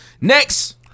Next